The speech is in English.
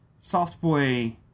Softboy